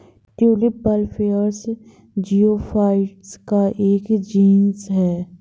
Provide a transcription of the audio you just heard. tulip bulbiferous geophytes का एक genus है